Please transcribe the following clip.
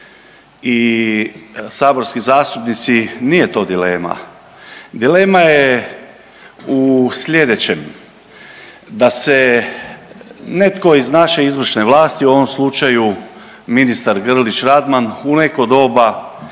i saborski zastupnici nije to dilema. Dilema je u slijedećem, da se netko iz naša izvršne vlasti u ovom slučaju ministar Grlić Radman u neko doba